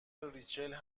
ریچل